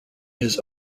his